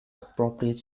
appropriate